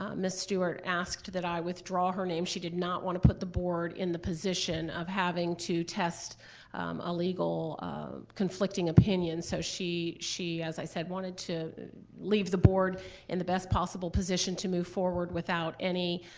um miss stewart asked that i withdraw her name. she did not want to put the board in the position of having to test a legal conflicting opinion, so she she as i said wanted to leave the board in the best possible position to move forward without any